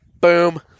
Boom